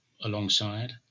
alongside